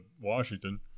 Washington